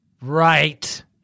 right